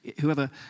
Whoever